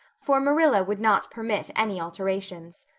for marilla would not permit any alterations.